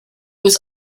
was